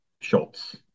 Schultz